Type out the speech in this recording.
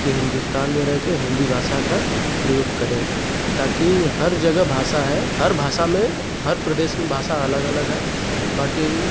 कि हिन्दुस्तान में रहकर हिन्दी भाषा का प्रयोग करें ताकि हर जगह भाषा है हर भाषा में हर प्रदेश की भाषा अलग अलग है बाकी